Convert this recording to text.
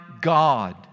God